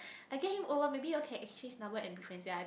I get him over maybe you all can exchange number and be friends ya I think